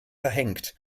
verhängt